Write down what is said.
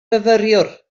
fyfyriwr